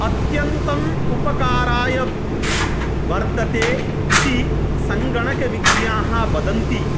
अत्यन्तम् उपकाराय वर्तते इति सङ्गणकविज्ञाः वदन्ति